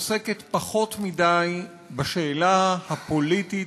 הכנסת עוסקת פחות מדי בשאלה הפוליטית